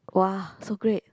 [wah] so great